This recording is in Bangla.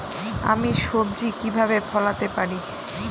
আমি সবজি কিভাবে ফলাতে পারি?